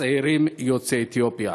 הצעירים יוצאי אתיופיה.